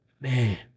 Man